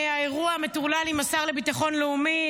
האירוע המטורלל עם השר לביטחון לאומי,